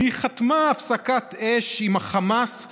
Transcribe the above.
והיא חתמה על הפסקת אש עם החמאס,